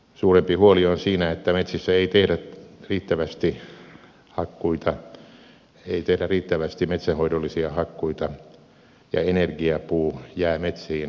suurempi huoli on siitä että metsissä ei tehdä riittävästi metsänhoidollisia hakkuita ja energiapuu jää metsiin mätänemään